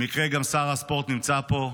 במקרה גם שר הספורט נמצא פה,